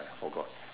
!aiya! forgot